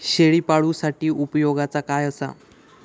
शेळीपाळूसाठी उपयोगाचा काय असा?